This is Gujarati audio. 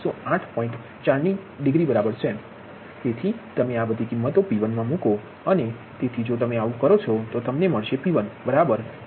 4 ડિગ્રી તેથી તમે આ બધી કિંમતો P1 માં મુકો અને તેથી જો તમે આવું કરો છો તો તમને મળશે P1 બરાબર 3